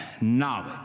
knowledge